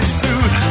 suit